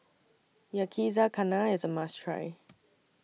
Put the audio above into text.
Yakizakana IS A must Try